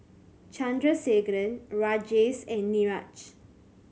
Chandrasekaran Rajesh and Niraj